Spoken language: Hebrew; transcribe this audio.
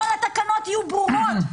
כל התקנות יהיו ברורות,